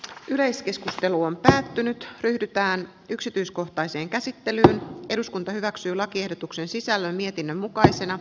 yleiskeskustelu on päättynyt ryhdytään yksityiskohtaisen käsittelyn eduskunta hyväksyi lakiehdotuksen sisällön mietinnön mukaisena